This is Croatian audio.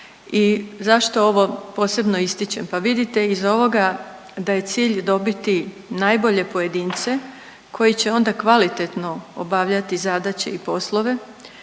I zašto ovo posebno ističem? Pa vidite iz ovoga da je cilj dobiti najbolje pojedince koji će onda kvalitetno obavljati zadaće i poslove